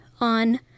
on